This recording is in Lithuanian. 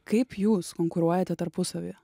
kaip jūs konkuruojate tarpusavyje